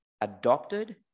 adopted